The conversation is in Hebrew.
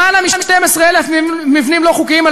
למעלה מ-12,000 מבנים לא חוקיים על